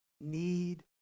need